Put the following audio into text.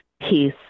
peace